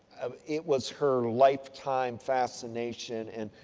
um it was her life time fascination. and,